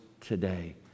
today